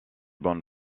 bonnes